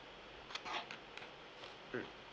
mm